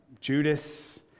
Judas